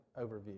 overview